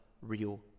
real